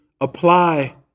apply